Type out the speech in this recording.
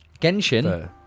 Genshin